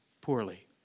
poorly